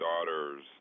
daughter's